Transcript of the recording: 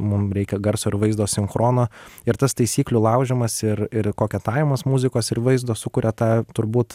mum reikia garso ir vaizdo sinchroninio ir tas taisyklių laužymas ir ir koketavimas muzikos ir vaizdo sukuria tą turbūt